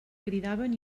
cridaven